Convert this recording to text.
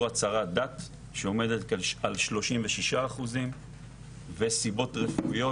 הצהרת דת שעומדת על 36% וסיבות רפואיות,